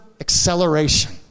acceleration